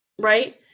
Right